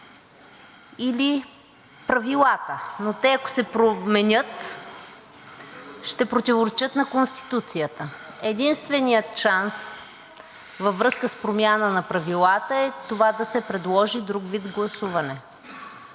или правилата. Но те, ако се променят, ще противоречат на Конституцията. Единственият шанс във връзка с промяна на правилата е това – да се предложи друг вид гласуване.